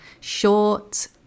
short